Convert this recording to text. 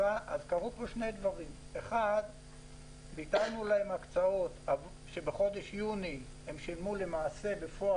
אז קרו פה שני דברים: ביטלנו להם הקצאות שבחודש יוני הם שילמו בפועל,